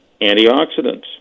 antioxidants